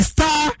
Star